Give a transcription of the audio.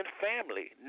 family